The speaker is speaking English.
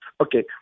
okay